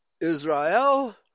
Israel